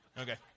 Okay